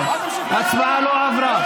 לא, לא, לא, ההצעה לא עברה.